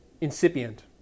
incipient